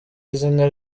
izina